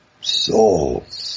souls